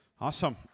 Awesome